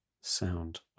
sound